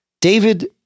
David